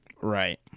Right